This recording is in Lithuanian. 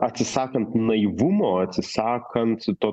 atsisakant naivumo atsisakant to